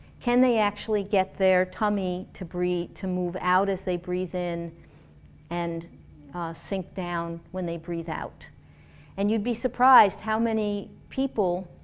can they actually get their tummy to breath, to move out as they breath in and sink down when they breath out and you'd be surprised how many people,